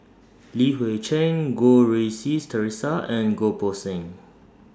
Li Hui Cheng Goh Rui Si Theresa and Goh Poh Seng